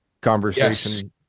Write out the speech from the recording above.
conversation